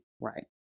right